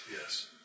Yes